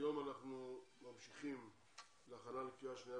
היום אנחנו ממשיכים בהכנה לקריאה שנייה